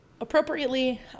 Appropriately